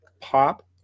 Pop